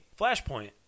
Flashpoint